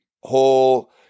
whole